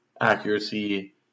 accuracy